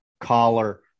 collar